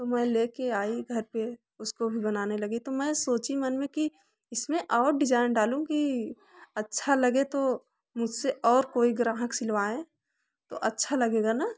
तो मैं लेके आई घर पे उसको भी बनाने लगी तो मैं सोची मन में कि इसमें और डिजाइन डालूँ कि अच्छा लगे तो मुझसे और कोई ग्राहक सिलवाए तो अच्छा लगेगा ना